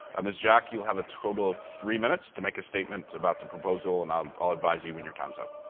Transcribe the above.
ms. jack, you'll have a total of three minutes to make a statement about the proposal. and i'm ah advise you when your time is up.